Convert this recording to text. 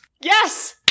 Yes